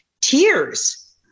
tears